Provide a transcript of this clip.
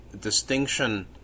distinction